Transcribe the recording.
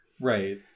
Right